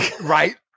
Right